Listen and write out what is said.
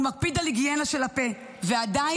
הוא מקפיד על היגיינה של הפה ועדיין,